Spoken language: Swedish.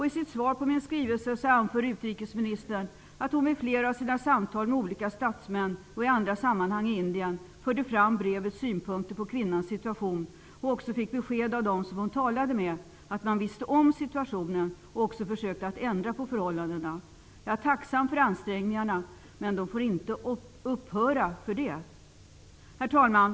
I sitt svar på min skrivelse anför utrikesministern att hon vid flera av sina samtal med olika statsmän, och i andra sammanhang i Indien, förde fram brevets synpunkter på kvinnans situation. Hon fick också besked av dem som hon talade med om att man kände till situationen samt att man också försökte att ändra på förhållandena. Jag är tacksam för ansträngningarna, men de får därmed inte upphöra. Herr talman!